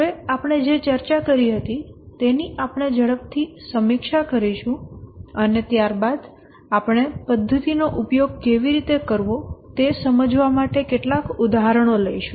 હવે આપણે જે ચર્ચા કરી હતી તેની આપણે ઝડપથી સમીક્ષા કરીશું અને ત્યારબાદ આપણે પદ્ધતિનો ઉપયોગ કેવી રીતે કરવો તે સમજાવવા માટે કેટલાક ઉદાહરણો લઈશું